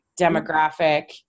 demographic